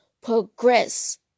progress